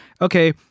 okay